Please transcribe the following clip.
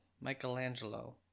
Michelangelo